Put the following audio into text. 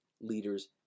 leaders